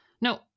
No